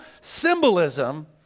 symbolism